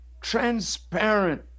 transparent